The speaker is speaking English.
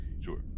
Sure